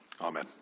Amen